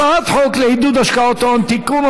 הצעת חוק לעידוד השקעות הון (תיקון,